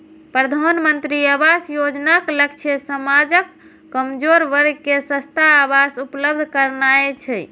प्रधानमंत्री आवास योजनाक लक्ष्य समाजक कमजोर वर्ग कें सस्ता आवास उपलब्ध करेनाय छै